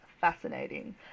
fascinating